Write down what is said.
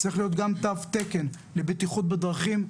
צריך להיות גם תו תקן לבטיחות בדרכים,